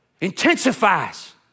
intensifies